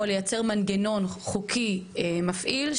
או לייצר מנגנון חוקי מפעיל,